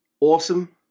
awesome